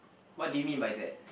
what do you mean by that